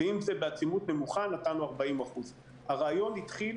ואם זה בעצימות נמוכה נתנו 40%. הרעיון התחיל